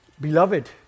beloved